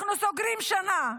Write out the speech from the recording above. אנחנו סוגרים שנה,